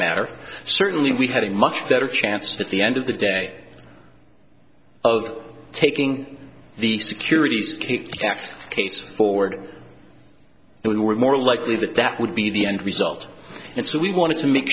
matter certainly we had a much better chance at the end of the day of taking the securities case forward and we're more likely that that would be the end result and so we want to make